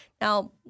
now